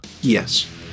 Yes